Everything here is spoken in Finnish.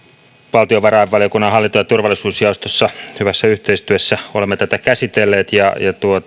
valtiovarainvaliokunnan hallinto ja turvallisuusjaostossa hyvässä yhteistyössä olemme tätä käsitelleet ja